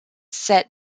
set